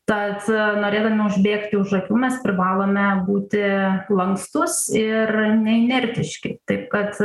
tad norėdami užbėgti už akių mes privalome būti lankstus ir ne inertiški taip kad